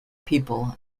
people